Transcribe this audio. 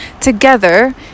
together